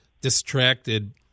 distracted